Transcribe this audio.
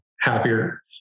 happier